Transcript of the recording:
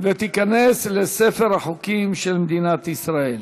ותיכנס לספר החוקים של מדינת ישראל.